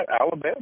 Alabama